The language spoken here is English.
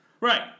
Right